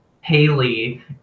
Haley